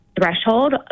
threshold